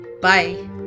Bye